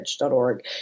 org